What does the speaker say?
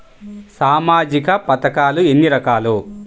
సామాజిక పథకాలు ఎన్ని రకాలు?